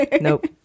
nope